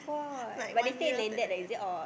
like one year after another